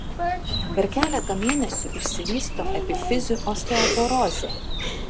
per keletą mėnesių išsivysto epifizių osteoporozė